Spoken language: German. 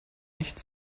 nicht